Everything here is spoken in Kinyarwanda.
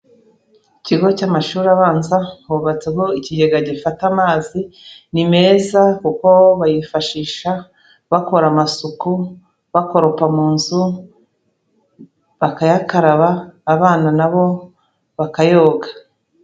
Ikigo cy'amashuri abanza, hubatseho ikigega gifata amazi, ni meza kuko bayifashisha bakora amasuku, bakoropa mu nzu bakayakaraba, abana nabo bakayoga.